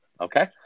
Okay